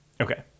Okay